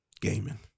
Gaming